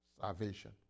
salvation